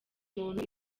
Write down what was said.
umuntu